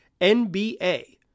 NBA